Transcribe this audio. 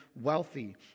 wealthy